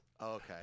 Okay